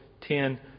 ten